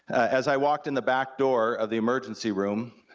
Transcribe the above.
as i walked in the back door of the emergency room,